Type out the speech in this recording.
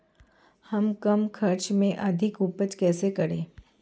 हम कम खर्च में अधिक उपज कैसे करें?